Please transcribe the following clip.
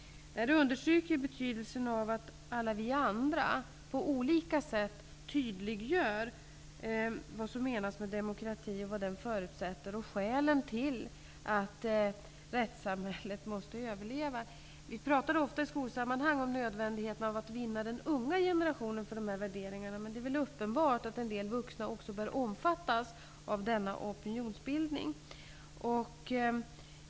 Detta understryker betydelsen av att alla vi andra på olika sätt tydliggör vad som menas med demokrati, vad demokrati förutsätter och skälen till att rättssamhället måste överleva. I skolsammanhang talar vi ofta om nödvändigheten av att vinna den unga generationen för dessa idéer. Men det är uppenbart att också en del vuxna bör omfattas av denna opinionsbildning.